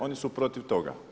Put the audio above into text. Oni su protiv toga.